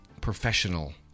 professional